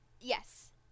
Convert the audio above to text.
Yes